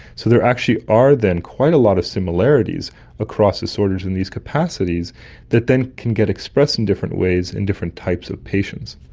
so there actually are then quite a lot of similarities across disorders in these capacities that then can get expressed in different ways in different types of patients.